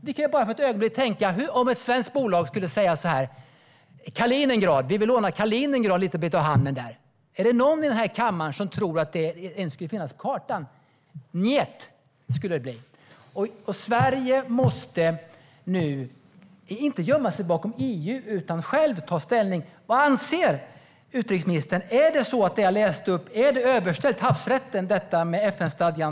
Tänk för ett ögonblick om ett svenskt bolag skulle säga att de vill låna en liten bit av hamnen i Kaliningrad; är det någon i den här kammaren som tror att det ens skulle finnas på kartan? Njet, skulle svaret bli. Sverige ska nu inte gömma sig bakom EU utan självt ta ställning. Vad anser utrikesministern? Är FN-stadgan artikel 2.4 överställd havsrätten?